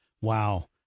Wow